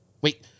Wait